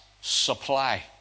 supply